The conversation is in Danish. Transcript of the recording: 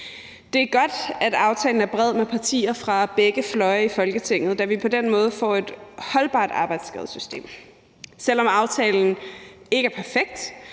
Det er godt, at aftalen er bred med partier fra begge fløje i Folketinget, da vi på den måde får et holdbart arbejdsskadesystem. Selv om aftalen ikke er perfekt,